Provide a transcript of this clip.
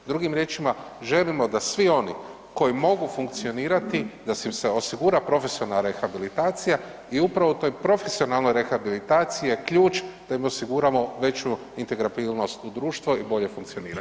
Drugim riječima, želimo da svi oni koji mogu funkcionirati da im se osigura profesionalne rehabilitacija i upravo u toj profesionalnoj rehabilitaciji je ključ da im osiguramo veću intregafilnost u društvo i bolje funkcioniranje.